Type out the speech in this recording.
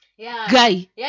guy